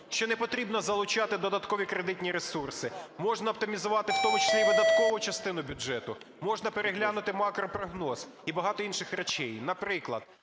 що не потрібно залучати додаткові кредитні ресурси. Можна оптимізувати, в тому числі і видаткову частину бюджету, можна переглянути макропрогноз і багато інших речей. Наприклад,